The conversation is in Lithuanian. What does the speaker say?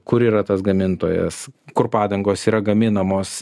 kur yra tas gamintojas kur padangos yra gaminamos